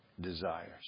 desires